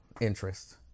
interest